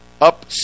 Up